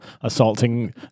assaulting